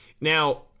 Now